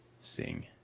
sing